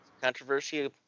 controversy